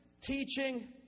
teaching